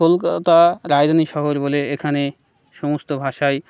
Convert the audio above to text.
কলকাতা রাজধানী শহর বলে এখানে সমস্ত ভাষায়